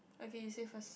okay you say first